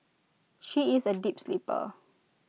she is A deep sleeper